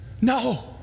No